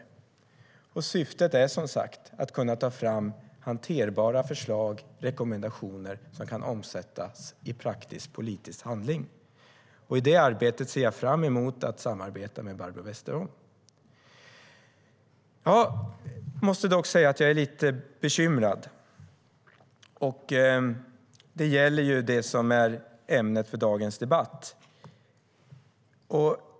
Och syftet är, som sagt, att man ska kunna ta fram hanterbara förslag och rekommendationer som kan omsättas i praktisk politisk handling. I det arbetet ser jag fram emot att samarbeta med Barbro Westerholm.Jag måste dock säga att jag är lite bekymrad. Det gäller det som är ämnet för dagens debatt.